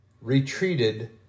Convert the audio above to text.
retreated